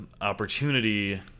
opportunity